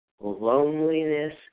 loneliness